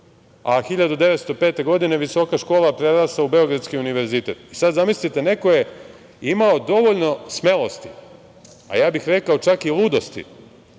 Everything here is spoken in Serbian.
a 1905. godine Visoka škola prerasta u Beogradski univerzitet. Sad zamislite neko je imao dovoljno smelosti, a ja bih rekao čak i ludosti,